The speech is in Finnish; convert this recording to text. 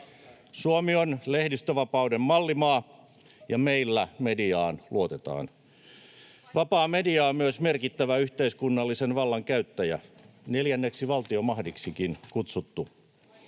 Suomi on lehdistönvapauden mallimaa, ja meillä mediaan luotetaan. Vapaa media on myös merkittävä yhteiskunnallisen vallan käyttäjä, neljänneksi valtiomahdiksikin kutsuttu.